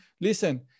listen